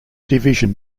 division